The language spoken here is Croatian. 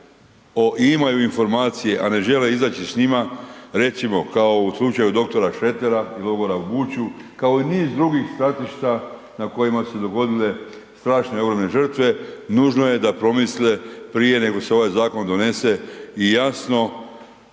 i imaju informacije, a ne žele izaći s njima. Recimo, kao u slučaju doktora Šretera, logora u .../Govornik se ne razumije./... kao i niz drugih stratišta na kojima su se dogodile strašno ogromne žrtve, nužno je da promisle prije nego se ovaj zakon donese i jasno